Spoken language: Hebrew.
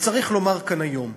וצריך לומר כאן היום: